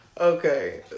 okay